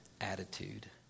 attitude